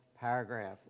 Paragraph